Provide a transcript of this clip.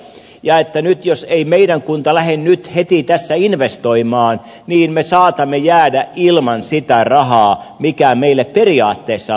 ja että nyt jos ei meidän kunta lähde nyt heti tässä investoimaan niin me saatamme jäädä ilman sitä rahaa mikä meille periaatteessa on luvattu